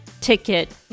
ticket